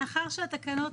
מאחר שהתקנות